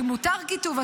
שמותר כיתוב,